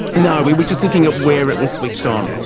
no, we were just looking at where it was switched on.